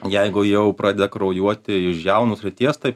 jeigu jau pradeda kraujuoti iš žiaunų srities tai